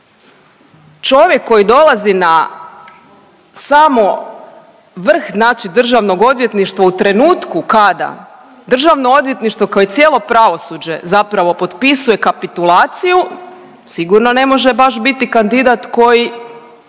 čovjek koji dolazi na samo vrh znači državnog odvjetništva u trenutku kada državno odvjetništvo kao i cijelo pravosuđe zapravo potpisuje kapitulaciju, sigurno ne može baš biti kandidat koji,